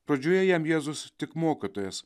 pradžioje jam jėzus tik mokytojas